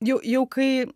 jau jau kai